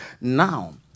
now